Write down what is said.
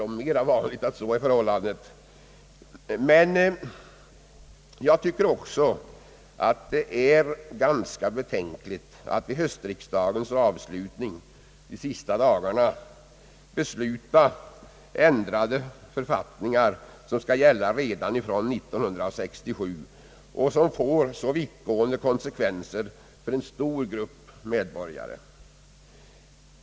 Men jag tycker att det är ganska betänkligt att vid höstriksdagens avslutning — de sista dagarna — besluta ändrade författningar som skall gälla redan från och med 1967 och som får så vittgående konsekvenser för en stor grupp medborgare.